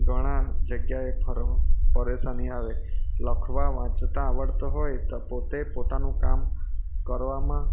ઘણાં જગ્યાએ ફર પરેશાની આવે લખતા વાંચતા આવડતું હોય તો પોતે પોતાનું કામ કરવામાં